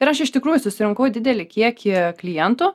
ir aš iš tikrųjų susirinkau didelį kiekį klientų